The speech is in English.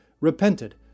repented